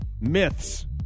Myths